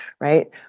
right